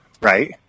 right